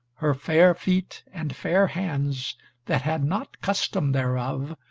her fair feet, and fair hands that had not custom thereof,